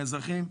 האזרחים,